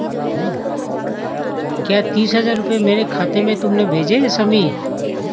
क्या तीस हजार रूपए मेरे खाते में तुमने भेजे है शमी?